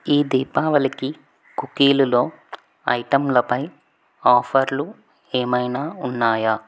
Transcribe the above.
ఈ దీపావళికి కుకీలులో ఐటంలపై ఆఫర్లు ఏమైనా ఉన్నాయా